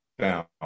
down